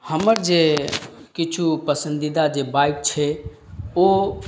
हमर जे किछु पसन्दीदा जे बाइक छै ओ